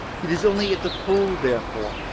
it is only at the full, therefore,